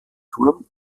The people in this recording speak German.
turm